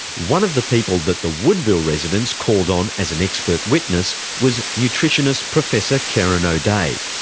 one of the people that the woodville residents called on as an expert witness was nutritionist professor kerin o'dea.